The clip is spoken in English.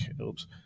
oops